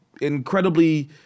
incredibly